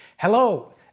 Hello